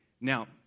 Now